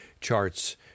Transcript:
charts